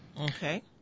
Okay